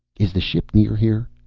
is the ship near here?